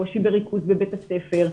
קושי בריכוז בבית הספר.